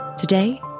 Today